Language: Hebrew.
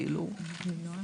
בנימוס.